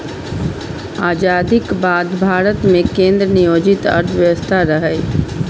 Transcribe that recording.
आजादीक बाद भारत मे केंद्र नियोजित अर्थव्यवस्था रहै